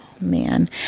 man